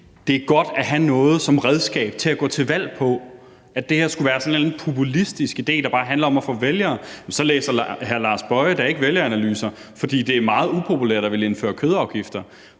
det er godt at have noget som redskab til at gå til valg på, altså at det her skulle være en eller anden populistisk idé, der bare handler om at få vælgere. Så læser hr. Lars Boje Mathiesen da ikke vælgeranalyser, for det er meget upopulært at ville indføre kødafgifter.